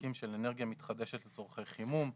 ספקים של אנרגיה מתחדשת לצורכי חימום.